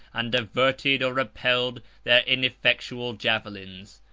and diverted, or repelled, their ineffectual javelins.